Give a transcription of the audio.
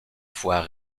fois